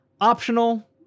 optional